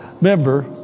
member